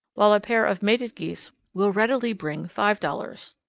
while a pair of mated geese will readily bring five dollars.